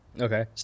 Okay